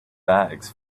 bags